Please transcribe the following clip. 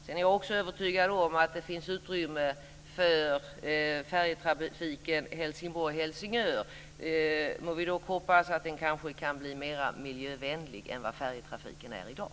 Sedan är jag övertygad om att det finns utrymme för färjetrafiken Helsingborg-Helsingör. Må vi dock hoppas att den kanske kan bli mer miljövänlig än vad färjetrafiken är i dag.